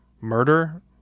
murder